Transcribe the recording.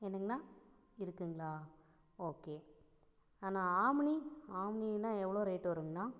ஏனுங்கண்ணா இருக்குங்களா ஓகே அண்ணா ஆம்னி ஆம்னினா எவ்வளோ ரேட் வருங்கண்ணா